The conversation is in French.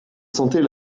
sentait